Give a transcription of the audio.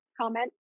comment